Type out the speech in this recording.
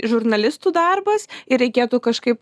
žurnalistų darbas ir reikėtų kažkaip